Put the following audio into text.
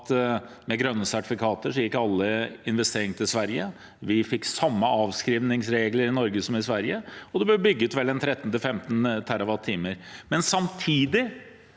med grønne sertifikater gikk alle investeringer til Sverige. Da fikk vi samme avskrivningsregler i Norge som i Sverige, og det ble bygget en 13–15 TWh. Samtidig